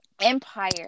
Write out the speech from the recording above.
empire